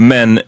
Men